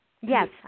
yes